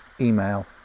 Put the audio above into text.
email